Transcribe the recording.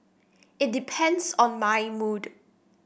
it depends on my mood